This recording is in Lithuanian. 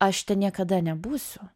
aš ten niekada nebūsiu